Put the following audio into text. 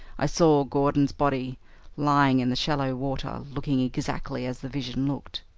i saw gordon's body lying in the shallow water looking exactly as the vision looked.